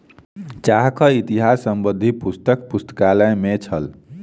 चाहक इतिहास संबंधी पुस्तक पुस्तकालय में छल